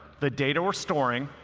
the data we're storing,